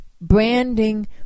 branding